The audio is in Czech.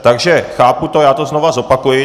Takže chápu to, já to znovu zopakuji.